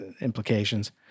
implications